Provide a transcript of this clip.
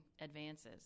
advances